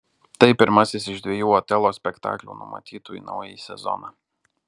tai pirmasis iš dviejų otelo spektaklių numatytų naująjį sezoną